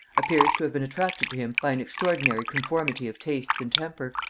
appears to have been attracted to him by an extraordinary conformity of tastes and temper.